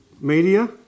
Media